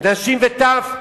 נשים וטף?